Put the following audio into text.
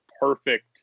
perfect